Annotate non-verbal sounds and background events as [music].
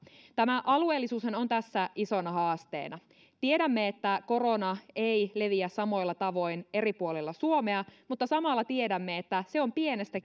tämä alueellisuushan on tässä isona haasteena tiedämme että korona ei leviä samoilla tavoin eri puolilla suomea mutta samalla tiedämme että se on pienestä [unintelligible]